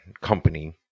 company